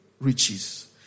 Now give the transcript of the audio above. riches